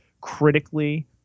critically